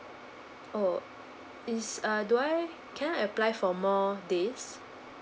oh is err do I can I apply for more days